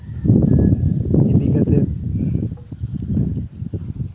ᱤᱫᱤ ᱠᱟᱛᱮ